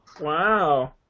Wow